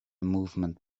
movement